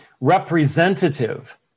representative